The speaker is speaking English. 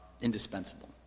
indispensable